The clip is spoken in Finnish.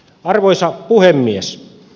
arvoisa puhemies